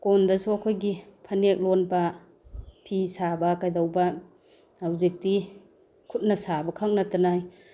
ꯀꯣꯟꯗꯁꯨ ꯑꯩꯈꯣꯏꯒꯤ ꯐꯅꯦꯛ ꯂꯣꯟꯕ ꯐꯤ ꯁꯥꯕ ꯀꯩꯗꯧꯕ ꯍꯧꯖꯤꯛꯀꯤ ꯈꯨꯠꯅ ꯁꯥꯕ ꯈꯛ ꯅꯠꯇꯅ